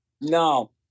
No